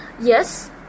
Yes